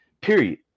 period